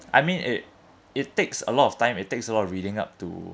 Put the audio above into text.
I mean it it takes a lot of time it takes a lot of reading up to